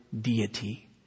deity